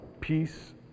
peace